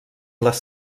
les